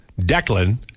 Declan